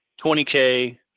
20K